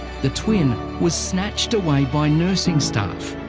the twin was snatched away by nursing staff.